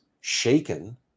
shaken